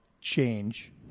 change